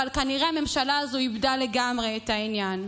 אבל כנראה הממשלה הזו איבדה לגמרי את העניין,